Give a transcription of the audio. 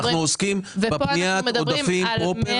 אנחנו עוסקים בפניית עודפים פרופר.